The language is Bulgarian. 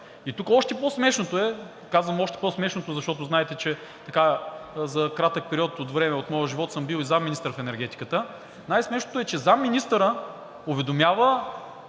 И тук още по-смешното е, казвам още по-смешното, защото знаете, че за кратък период от време от моя живот съм бил и заместник-министър в енергетиката, най-смешното е, че заместник-министърът уведомява